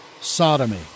sodomy